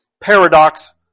paradox